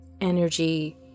energy